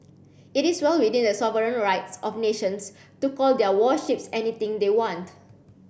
it is well within the sovereign rights of nations to call their warships anything they want